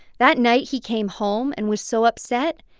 that night he came home and was so upset,